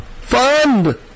fund